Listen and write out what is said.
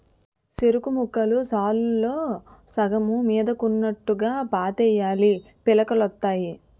సెరుకుముక్కలు సాలుల్లో సగం మీదకున్నోట్టుగా పాతేయాలీ పిలకలొత్తాయి